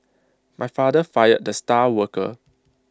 my father fired the star worker